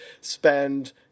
spend